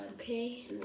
Okay